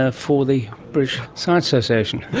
ah for the british science association?